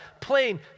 plain